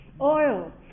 Oil